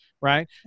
Right